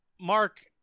Mark